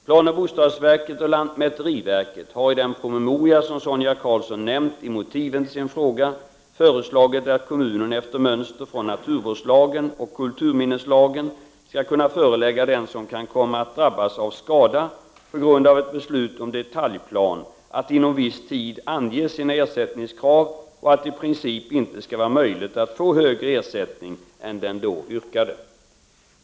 Planoch bostadsverket och lantmäteriverket har i den promemoria som Sonia Karlsson nämnt i motiven till sin fråga föreslagit att kommunen efter mönster från naturvårdslagen och kulturminneslagen skall kunna förelägga den som kan komma att drabbas av skada på grund av ett beslut om detaljplan att inom viss tid ange sina ersättningskrav och att det i princip inte skall vara möjligt att få högre ersättning än den då yrkade.